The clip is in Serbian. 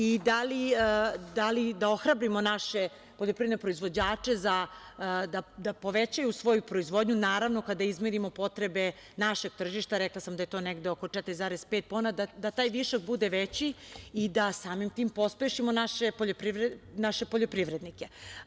I da ohrabrimo naše poljoprivredne proizvođače da povećaju svoju proizvodnju, naravno kada izmirimo potrebe našeg tržišta, rekla sam da je to negde oko 4,5 i da taj višak bude veći i da samim tim pospešimo naše poljoprivrednike.